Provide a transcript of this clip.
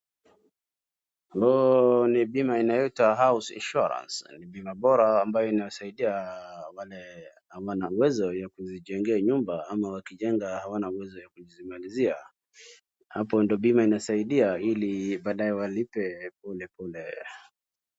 Hiyo ni bima inayoitwa house insuranace , ni bima bora ambayo inayowasaidia wale ambao hawana uwezo wa kujijengea nyumba ama wakijenga hawana uwezo wa kujimalizia, hapo ndo bima insasaidia ili baadaye walipe polepole.